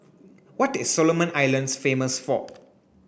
what is Solomon Islands famous for